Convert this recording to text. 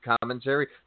commentary